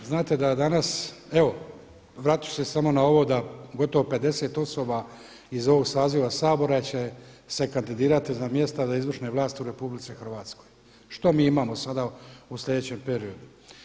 Znate da dana evo vratit ću se samo na ovo da gotovo 50 osoba iz ovog saziva Sabora će se kandidirati za mjesta u izvršnoj vlasti u RH, što mi imamo sada u sljedećem periodu.